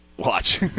watch